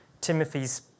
Timothy's